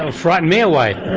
and frighten me away!